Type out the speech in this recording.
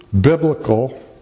biblical